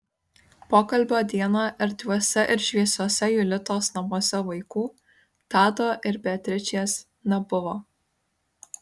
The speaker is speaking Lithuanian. pokalbio dieną erdviuose ir šviesiuose julitos namuose vaikų tado ir beatričės nebuvo